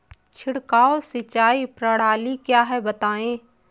छिड़काव सिंचाई प्रणाली क्या है बताएँ?